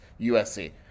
USC